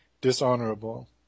dishonorable